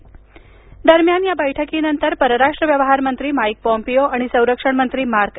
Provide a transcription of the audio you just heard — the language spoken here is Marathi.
माईक पॉम्पिओ दरम्यान या बैठकीनंतर परराष्ट्र व्यवहारमंत्री माईक पॉम्पिओ आणि संरक्षण मंत्री मार्क टी